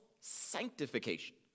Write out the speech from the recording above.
sanctification